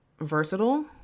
versatile